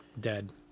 dead